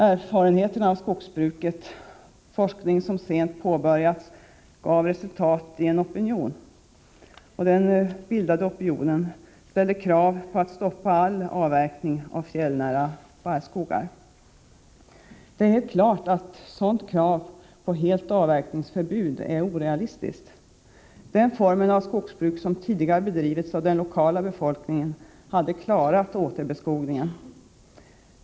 Erfarenheterna av skogsbruket och forskning som sent påbörjats gav resultat i en opinion. Den opinionen ställde krav på att stoppa all avverkning av fjällnära barrskogar. Det är klart att ett sådant krav på fullständigt avverkningsförbud är orealistiskt. Den form av skogsbruk som tidigare bedrivits av den lokala befolkningen hade klarat återbeskogningen.